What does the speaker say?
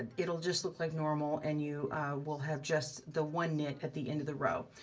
and it'll just look like normal, and you will have just the one knit at the end of the row.